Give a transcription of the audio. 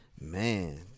Man